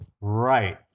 Right